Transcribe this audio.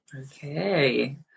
Okay